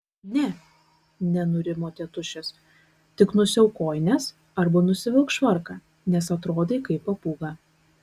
ne nenurimo tėtušis tik nusiauk kojines arba nusivilk švarką nes atrodai kaip papūga